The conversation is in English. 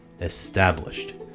established